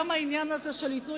גם העניין הזה של "ייתנו,